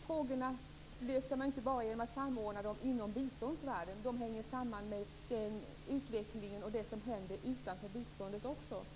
Frågorna löser man inte bara genom att samordna dem inom biståndsvärlden. De hänger samman även med det som händer utanför biståndsområdet.